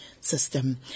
system